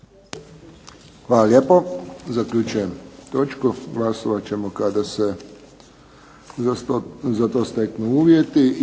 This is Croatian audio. Hvala lijepo. Zaključujem točku. Glasovat ćemo kada se za to steknu uvjeti.